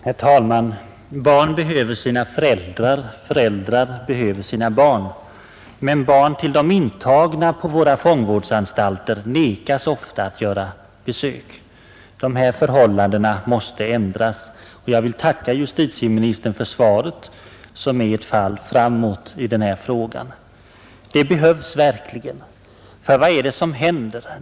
Herr talman! Barn behöver sina föräldrar, föräldrar behöver sina barn. Men barn till de intagna på våra fångvårdsanstalter nekas ofta att göra besök. Dessa förhållanden måste ändras. Jag tackar justitieministern för svaret som visar att det nu äntligen blivit ett fall framåt i denna fråga. Det behövs verkligen. För vad är det som händer?